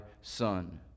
son